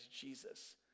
Jesus